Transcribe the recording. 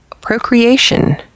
procreation